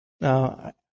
Now